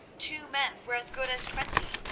two men were as good as twenty,